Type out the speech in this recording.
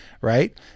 right